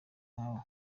kwawe